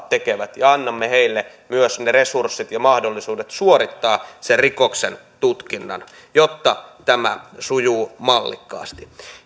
tekevät ja annamme heille myös ne resurssit ja mahdollisuudet suorittaa sen rikoksen tutkinnan jotta tämä sujuu mallikkaasti